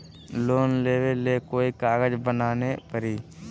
Loan लेबे ले कोई कागज बनाने परी?